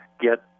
get